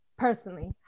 personally